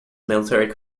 military